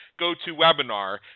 GoToWebinar